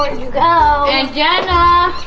you go? aunt jenna?